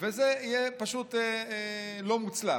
וזה יהיה פשוט לא מוצלח.